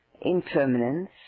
impermanence